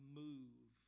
move